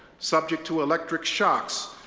subject to electric shocks,